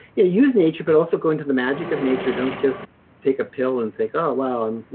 use nature, but also go into the magic of nature. don't just take a pill and think, oh wow,